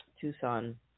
Tucson